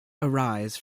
arise